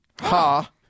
Ha